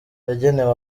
yagenewe